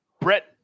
Brett